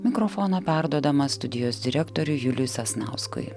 mikrofoną perduodama studijos direktoriui juliui sasnauskui